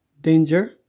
danger